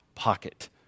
pocket